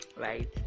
right